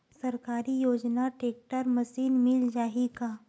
सरकारी योजना tractor machine मिल जाही का?